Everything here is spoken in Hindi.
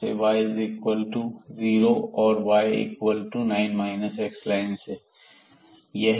से y इक्वल टू जीरो से और y equal to 9 x line से